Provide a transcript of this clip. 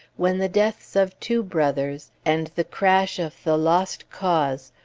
when the deaths of two brothers, and the crash of the lost cause,